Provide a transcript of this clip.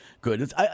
good